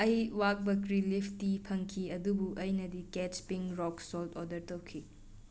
ꯑꯩ ꯋꯥꯕꯒ ꯕꯀ꯭ꯔꯤ ꯂꯤꯐ ꯇꯤ ꯐꯪꯈꯤ ꯑꯗꯨꯕꯨ ꯑꯩꯅꯗꯤ ꯀꯦꯠꯆ ꯄꯤꯡ ꯔꯣꯛ ꯁꯣꯜꯠ ꯑꯣꯔꯗꯔ ꯇꯧꯈꯤ